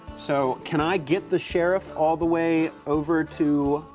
so can i get the sheriff all the way over to,